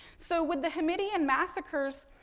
so, with the hamidian massacres,